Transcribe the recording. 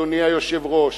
אדוני היושב-ראש.